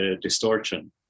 distortion